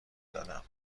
دادم